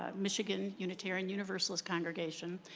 michigan, unitarian universalist congregation.